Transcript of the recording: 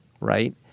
right